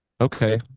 Okay